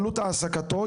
עלות העסקתו,